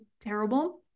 terrible